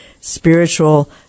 spiritual